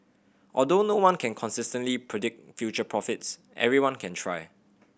although no one can consistently predict future profits everyone can try